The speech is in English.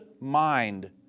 mind